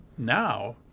Now